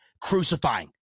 crucifying